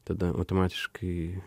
tada automatiškai